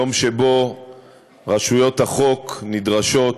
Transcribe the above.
יום שבו רשויות החוק נדרשות,